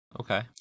Okay